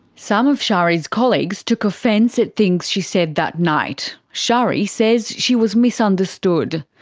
some of shari's colleagues took offense at things she said that night. shari says she was misunderstood.